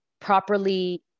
properly